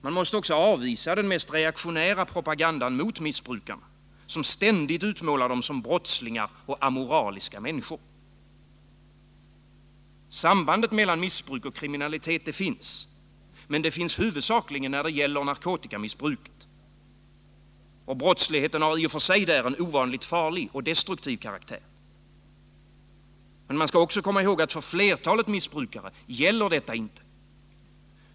Man måste avvisa den mest reaktionära propagandan mot missbrukarna, som ständigt utmålar dem som brottslingar och amoraliska människor. Samband mellan missbruk och kriminalitet finns, men det finns huvudsakligen då det gäller narkotikamissbruket, och brottsligheten där har i och för sig en ovanligt farlig och destruktiv karaktär. Men man skall också komma ihåg att detta inte gäller för flertalet missbrukare.